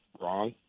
Wrong